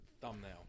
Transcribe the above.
thumbnail